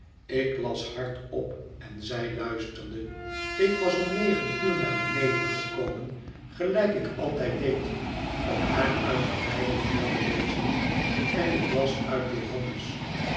ik las hardop en zij luisterde ik was om negen uur naar beneden gekomen gelijk ik altijd deed om haar uit den bijbel voor te lezen en ik las uit johannes